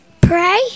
Pray